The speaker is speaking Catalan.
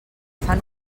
fan